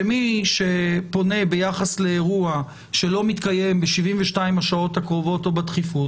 שמי שפונה ביחס לאירוע שלא מתקיים ב-72 השעות הקרובות או בדחיפות,